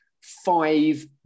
five